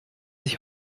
ich